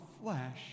flesh